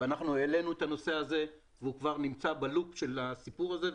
ואנחנו העלינו את הנושא הזה והוא כבר ב-לופ של הסיפור הזה.